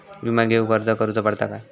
विमा घेउक अर्ज करुचो पडता काय?